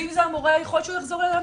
ואם זה המורה, יכול להיות שהוא יחזור ללמד.